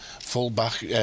full-back